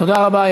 תודה רבה.